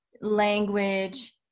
language